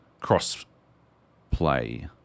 cross-play